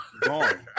gone